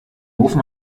ofen